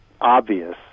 obvious